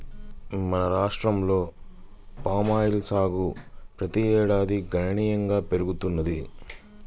మన రాష్ట్రంలో పామాయిల్ సాగు ప్రతి ఏడాదికి గణనీయంగా పెరుగుతున్నది